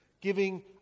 giving